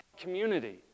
community